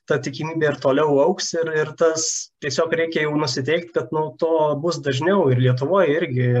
ta tikimybė ir toliau augs ir ir tas tiesiog reikia jau nusiteikt kad nu to bus dažniau ir lietuvoj irgi